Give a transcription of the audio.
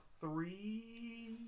three